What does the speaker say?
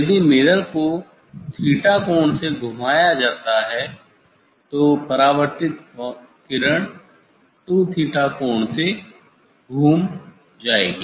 यदि मिरर को 𝜭 कोण से घुमाया जाता है तो परावर्तित किरण 2𝜭 कोण से घूम जाएगी